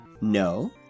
no